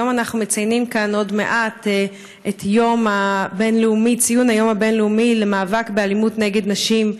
אנחנו מציינים כאן עוד מעט את היום הבין-לאומי למאבק באלימות נגד נשים,